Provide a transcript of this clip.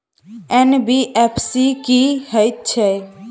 NBFC की हएत छै?